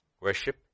Worship